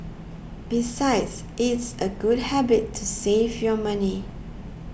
besides it's a good habit to save your money